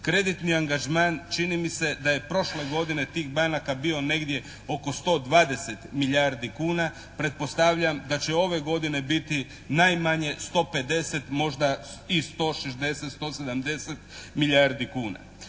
Kreditni angažman čini mi se da je prošle godine tih banaka bio negdje oko 120 milijardi kuna. Pretpostavljam da će ove godine biti najmanje 150, možda i 160, 170 milijardi kuna.